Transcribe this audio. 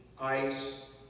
ice